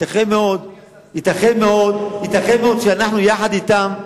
ייתכן מאוד שאנו יחד אתם,